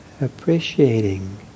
appreciating